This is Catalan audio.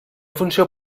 funció